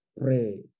pray